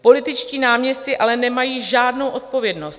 Političtí náměstci ale nemají žádnou odpovědnost.